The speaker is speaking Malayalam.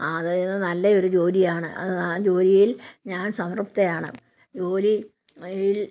അതായത് നല്ല ഒരു ജോലിയാണ് ആ ജോലിയിൽ ഞാൻ സംതൃപ്തയാണ് ജോലിയിൽ